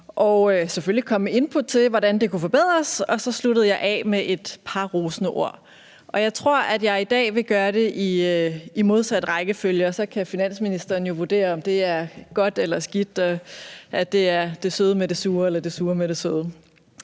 kom selvfølgelig også med input til, hvordan det kunne forbedres, og så sluttede af med et par rosende ord. Og jeg tror, at jeg i dag vil gøre det i den modsatte rækkefølge, og så kan finansministeren jo vurdere, om det er godt eller skidt, om det er det søde med det sure eller det sure med det søde.